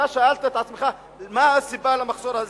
אתה שאלת את עצמך מה הסיבה למחסור הזה?